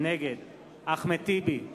נגד אחמד טיבי,